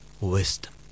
wisdom